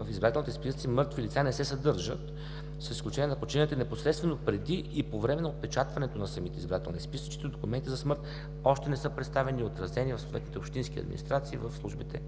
в избирателните списъци мъртви лица не се съдържат, с изключение на починалите непосредствено преди и по време на отпечатването на самите избирателни списъци, чиито документи за смърт още не са представени и отразени от съответните